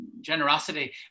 generosity